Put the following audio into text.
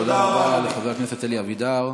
תודה רבה לחבר הכנסת אלי אבידר.